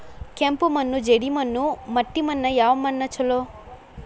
ಕೆಂಪು ಮಣ್ಣು, ಜೇಡಿ ಮಣ್ಣು, ಮಟ್ಟಿ ಮಣ್ಣ ಯಾವ ಮಣ್ಣ ಛಲೋ?